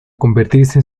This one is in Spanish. convertirse